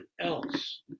else